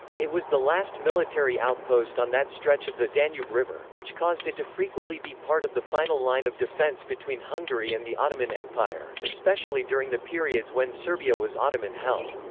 it was the last military outpost on that stretch of the danube river, which caused it to frequently be part of the final line of defense between hungary and the ottoman empire, especially during the periods when serbia was ottoman-held.